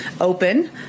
open